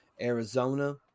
Arizona